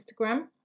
Instagram